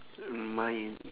uh my